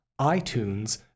iTunes